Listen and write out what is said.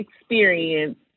experience